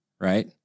Right